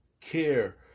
Care